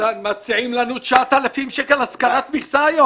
איתן, מצעים לנו 9,000 שקל השכרת מכסה היום.